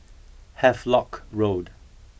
Havelock Road